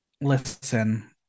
listen